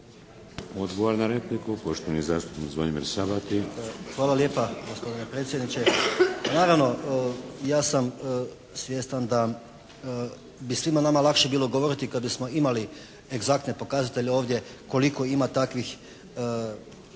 Odgovor na repliku, poštovani zastupnik Zvonimir Sabati. **Sabati, Zvonimir (HSS)** Hvala lijepa gospodine predsjedniče. Pa naravno ja sam svjestan da bi svima nama lakše bilo govoriti kada bismo imali egzaktne pokazatelje ovdje, koliko ima takvih